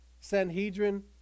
Sanhedrin